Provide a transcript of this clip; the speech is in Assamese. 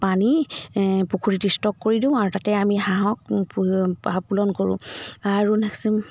পানী পুখুৰীত ষ্টক কৰি দিওঁ আৰু তাতে আমি হাঁহক কৰোঁ আৰু